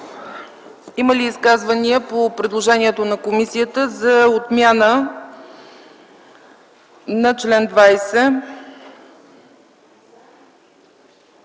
Има ли изказвания по предложението на комисията за отмяна на чл. 20?